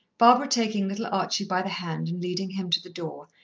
barbara taking little archie by the hand and leading him to the door,